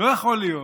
לא יכול להיות